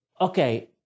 Okay